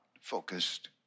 focused